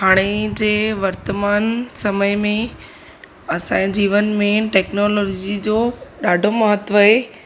हाणे जे वर्तमान समय में असांजे जीवन में टेक्नोलॉजी जो ॾाढो महत्त्व आहे